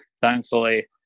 Thankfully